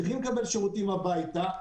צריכים לקבל שירותים הביתה,